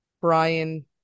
brian